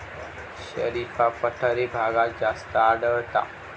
शरीफा पठारी भागात जास्त आढळता